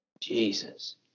Jesus